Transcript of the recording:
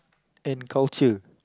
and culture